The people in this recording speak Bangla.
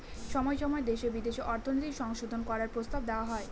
সময় সময় দেশে বিদেশে অর্থনৈতিক সংশোধন করার প্রস্তাব দেওয়া হয়